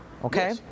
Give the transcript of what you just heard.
Okay